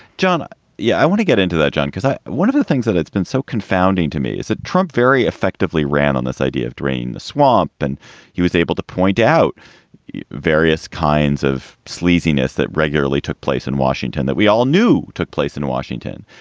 yeah. i want to get into that, john, because one of the things that it's been so confounding to me is that trump very effectively ran on this idea of drain the swamp and he was able to point out various kinds of sleaziness that regularly took place in washington that we all knew took place in washington.